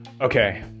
Okay